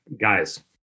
guys